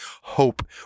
hope